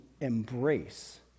embrace